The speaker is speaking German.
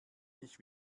ich